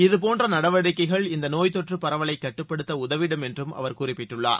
இதுபோன்ற நடவடிக்கைகள் இந்த நோய் தொற்றுப் பரவலை கட்டுப்படுத்த உதவிடும் என்றும் அவர் குறிப்பிட்டுள்ளார்